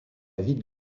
ville